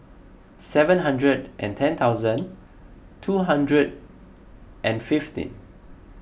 seven hundred and ten thousand two hundred and fifteen